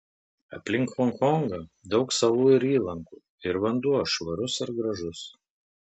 aplink honkongą daug salų ir įlankų ir vanduo švarus ir gražus